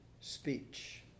Speech